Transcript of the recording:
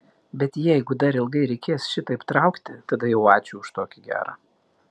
bet jeigu dar ilgai reikės šitaip traukti tada jau ačiū už tokį gerą